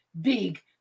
big